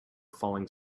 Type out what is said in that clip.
falling